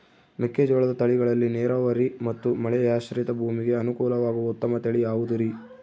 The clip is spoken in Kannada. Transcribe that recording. ಮೆಕ್ಕೆಜೋಳದ ತಳಿಗಳಲ್ಲಿ ನೇರಾವರಿ ಮತ್ತು ಮಳೆಯಾಶ್ರಿತ ಭೂಮಿಗೆ ಅನುಕೂಲವಾಗುವ ಉತ್ತಮ ತಳಿ ಯಾವುದುರಿ?